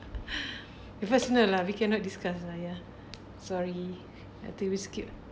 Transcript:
it's personal lah we cannot discuss lah ya sorry I think we skip lah